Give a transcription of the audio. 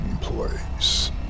place